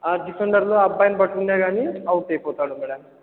ఆ ఢిఫెండర్లు ఆ అబ్బాయిని పట్టుకున్నా కానీ అవుట్ అయిపోతాడు మేడం